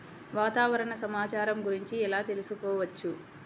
వాతావరణ సమాచారము గురించి ఎలా తెలుకుసుకోవచ్చు?